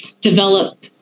develop